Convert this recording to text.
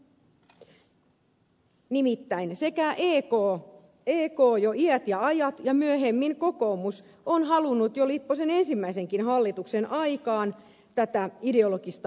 nimittäin sekä ek jo iät ja ajat että myöhemmin kokoomus ovat halunneet jo lipposen ensimmäisen hallituksenkin aikaan tätä ideologista valintaa